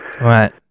Right